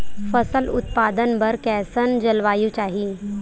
फसल उत्पादन बर कैसन जलवायु चाही?